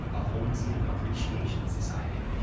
a holmesian appreciation society,